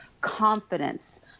confidence